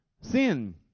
sin